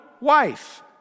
wife